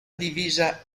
divisa